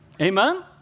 Amen